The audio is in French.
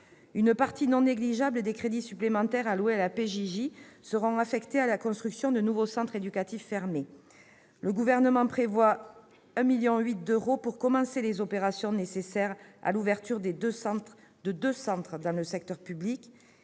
Une partie non négligeable des crédits supplémentaires alloués à la protection judiciaire de la jeunesse sera affectée à la construction de nouveaux centres éducatifs fermés, ou CEF. Le Gouvernement prévoit 1,8 million d'euros pour commencer les opérations nécessaires à l'ouverture de deux centres dans le secteur public